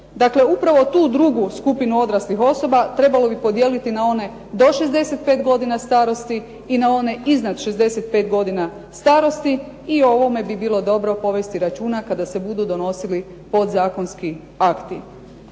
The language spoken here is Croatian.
upravo tu drugu skupinu odraslih osoba trebalo bi podijeliti na one do 65 godina starosti i na one iznad 65 godina starosti i o ovome bi bilo dobro povesti računa kada se budu donosili podzakonski akti.